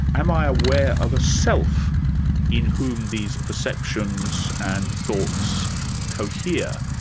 am i aware of a self in whom these perceptions and thoughts cohere,